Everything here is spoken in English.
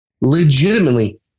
legitimately